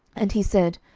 and he said,